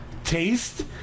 Taste